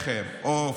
לחם, עוף,